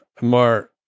more